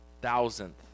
thousandth